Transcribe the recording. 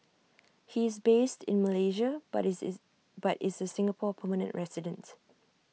he is based in Malaysia but is but is A Singapore permanent resident